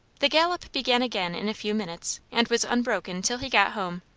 the gallop began again in a few minutes, and was unbroken till he got home.